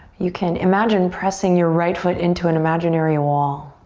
you can imagine pressing your right foot into an imaginary wall.